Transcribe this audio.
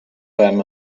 beim